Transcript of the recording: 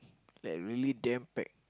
like really damn packed